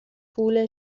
پول